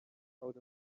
out